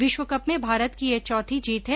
विश्वकप में भारत की यह चौथी जीत हैं